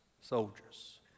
soldiers